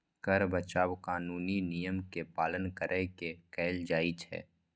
कर बचाव कानूनी नियम के पालन कैर के कैल जाइ छै